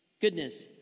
Goodness